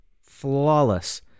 flawless